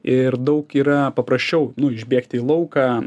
ir daug yra paprasčiau nu išbėgti į lauką